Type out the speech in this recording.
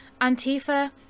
Antifa